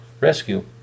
rescue